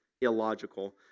illogical